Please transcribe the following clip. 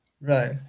Right